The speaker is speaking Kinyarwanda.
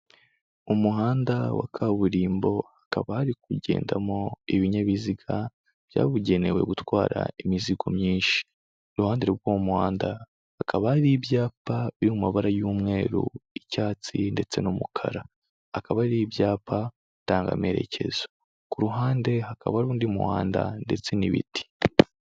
Umuhanda wa kaburimbo, hakaba hari kugendamo ibinyabiziga byabugenewe gutwara imizigo myinshi. Iruhande rw'uwo muhanda hakaba hari ibyapa biri mu mabara y'umweru, icyatsi ndetse n'umukara, akaba ari ibyapa ndangamerekezo. Ku ruhande hakaba hari undi muhanda ndetse n'ibiti.